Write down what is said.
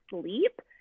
sleep